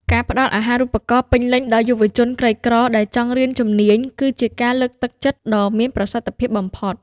ការផ្តល់អាហារូបករណ៍ពេញលេញដល់យុវជនក្រីក្រដែលចង់រៀនជំនាញ គឺជាការលើកទឹកចិត្តដ៏មានប្រសិទ្ធភាពបំផុត។